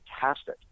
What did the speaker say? fantastic